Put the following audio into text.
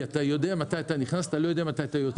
כי אתה יודע מתי אתה נכנס ואתה לא יודע מתי אתה יוצא.